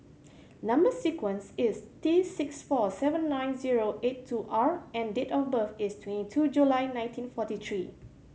number sequence is T six four sevent nine zero eight two R and date of birth is twenty two July nineteen forty three